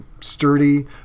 sturdy